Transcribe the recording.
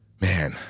man